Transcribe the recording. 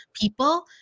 people